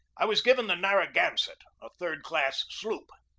i was given the narragan sett, a third-class sloop.